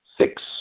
six